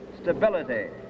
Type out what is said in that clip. stability